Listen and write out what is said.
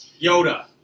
Yoda